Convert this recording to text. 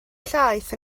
llaeth